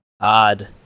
odd